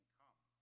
come